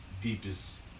deepest